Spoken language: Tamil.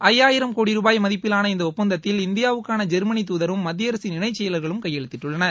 ஜய்யாயிரம் கோடி ரூபாய் மதிப்பிலாள இந்த ஒப்பந்தத்தில் இந்தியாவுக்கான ஜெர்மனி தூதரும் மத்திய அரசின் இணைச் செயலர்களும் கையெழுத்திட்டுள்ளனர்